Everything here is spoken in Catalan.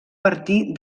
partir